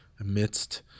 amidst